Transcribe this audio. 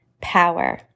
power